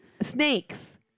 Snakes